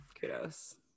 Kudos